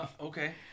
Okay